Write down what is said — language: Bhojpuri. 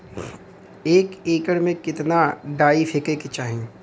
एक एकड़ में कितना डाई फेके के चाही?